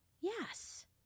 Yes